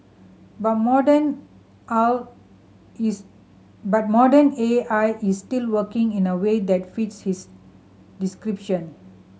but modern is but modern A I is still working in a way that fits his description